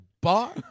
bar